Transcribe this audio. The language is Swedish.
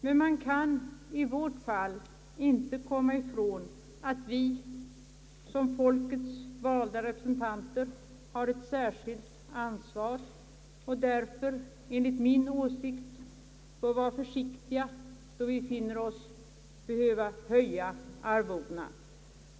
Men man kan i vårt fall inte komma ifrån att vi som folkets valda representanter har ett särskilt ansvar och därför enligt min åsikt bör vara försiktiga, då vi finner oss behöva höja arvodena.